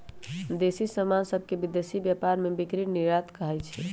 देसी समान सभके विदेशी व्यापार में बिक्री निर्यात कहाइ छै